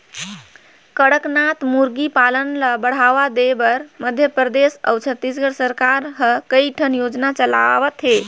कड़कनाथ मुरगी पालन ल बढ़ावा देबर मध्य परदेस अउ छत्तीसगढ़ सरकार ह कइठन योजना चलावत हे